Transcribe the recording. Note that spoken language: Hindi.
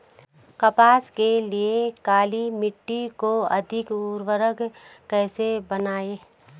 कपास के लिए काली मिट्टी को अधिक उर्वरक कैसे बनायें?